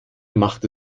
machte